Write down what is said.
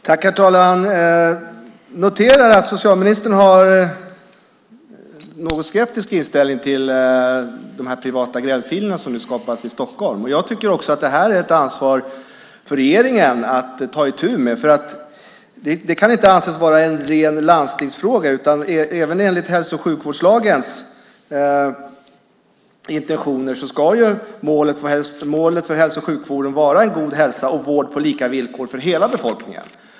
Herr talman! Jag noterar att socialministern har en något skeptisk inställning till de privata gräddfiler som nu skapas i Stockholm. Jag tycker också att det är ett ansvar för regeringen att ta itu med. Det kan inte anses vara en ren landstingsfråga, utan även enligt hälso och sjukvårdslagens intentioner ska målet för hälso och sjukvården vara en god hälsa och vård på lika villkor för hela befolkningen.